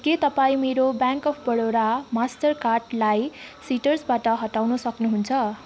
के तपाईँ मेरो ब्याङ्क अफ बडोदा मास्टरकार्डलाई सिट्रसबाट हटाउन सक्नुहुन्छ